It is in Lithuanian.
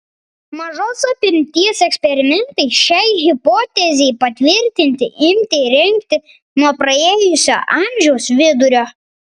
mažos apimties eksperimentai šiai hipotezei patvirtinti imti rengti nuo praėjusio amžiaus vidurio